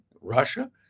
Russia